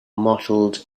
mottled